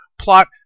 Plot